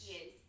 Yes